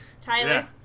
Tyler